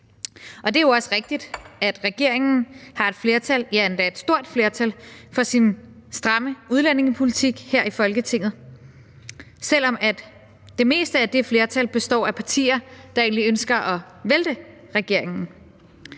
Det er jo også rigtigt, at regeringen har et flertal – ja, endda et stort flertal – for sin stramme udlændingepolitik her i Folketinget, selv om det meste af det flertal består af partier, der egentlig ønsker at vælte regeringen.